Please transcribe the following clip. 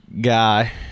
guy